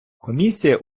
комісія